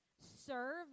Serve